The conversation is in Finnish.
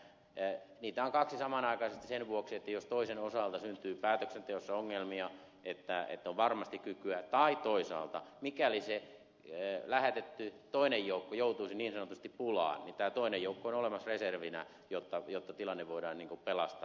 niitä on kaksi samanaikaisesti sen vuoksi että jos toisen osalta syntyy päätöksenteossa ongelmia on varmasti kykyä tai toisaalta mikäli lähetetty toinen joukko joutuisi niin sanotusti pulaan niin tämä toinen joukko on olemassa reservinä jotta tilanne voidaan pelastaa